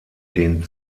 den